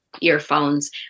earphones